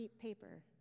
paper